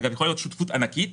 יכולה להיות שותפות ענקית